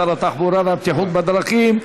שר התחבורה והבטיחות בדרכים.